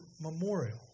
memorial